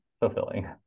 fulfilling